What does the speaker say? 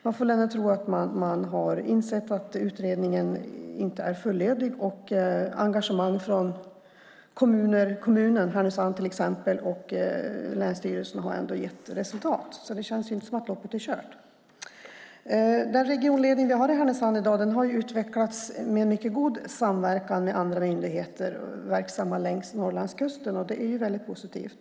Vi får ändå tro att man har insett att utredningen inte är fullödig och att engagemang från kommunen, till exempel Härnösand, och länsstyrelsen ändå har gett resultat. Det känns inte som om loppet är kört. Den regionledning vi har i Härnösand i dag har utvecklats i mycket god samverkan med andra myndigheter verksamma längs Norrlandskusten. Det är väldigt positivt.